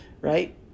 right